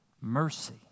Mercy